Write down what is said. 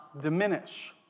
diminish